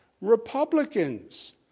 Republicans